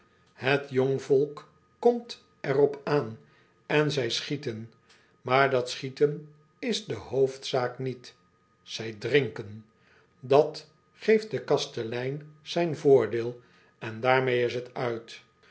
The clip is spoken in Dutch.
t ong volk komt er op aan en zij schieten maar dat schieten is de hoofdzaak niet zij drinken at geeft den kastelein zijn voordeel en daarmeê is het uit